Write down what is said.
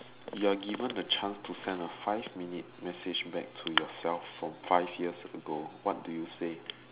you are given the chance to send a five minute message back to your self from five years ago what do you say